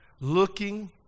looking